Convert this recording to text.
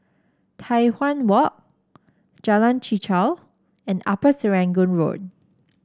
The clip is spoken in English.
Tai Hwan Walk Jalan Chichau and Upper Serangoon Road